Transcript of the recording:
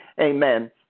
amen